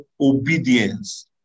obedience